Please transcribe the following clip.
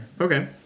okay